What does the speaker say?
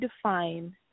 define